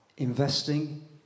investing